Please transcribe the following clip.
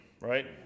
right